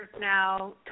now